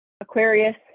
Aquarius